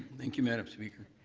thank you, madam speaker.